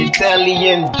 Italian